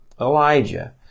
Elijah